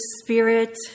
Spirit